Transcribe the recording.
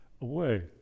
away